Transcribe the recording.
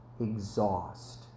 exhaust